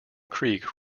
creek